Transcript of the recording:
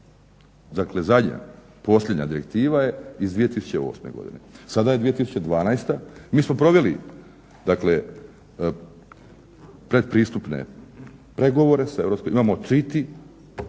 dakle zadnja posljednja direktiva je iz 2008.godine. sada je 2012. mi smo proveli pretpristupne pregovore … ali ove